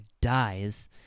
dies